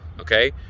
okay